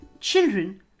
Children